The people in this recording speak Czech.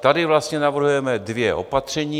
Tady vlastně navrhujeme dvě opatření.